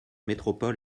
métropole